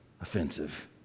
offensive